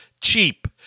cheap